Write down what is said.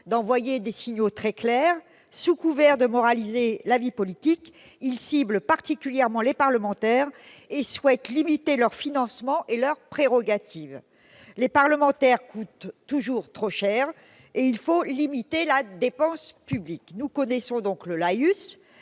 d'envoyer des signaux clairs : sous couvert de moraliser la vie politique, ils ciblent particulièrement les parlementaires et souhaitent limiter leurs financements et leurs prérogatives. Les parlementaires coûtent toujours trop cher et il faut limiter la dépense publique. Nous connaissons le laïus.